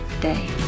day